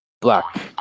Black